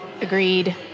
Agreed